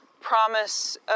promise